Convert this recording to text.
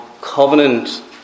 Covenant